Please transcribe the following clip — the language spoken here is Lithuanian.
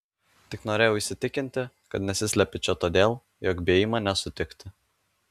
tik norėjau įsitikinti kad nesislepi čia todėl jog bijai mane sutikti